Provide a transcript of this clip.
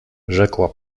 rzekła